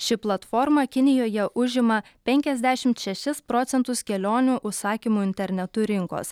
ši platforma kinijoje užima penkiasdešimt šešis procentus kelionių užsakymų internetu rinkos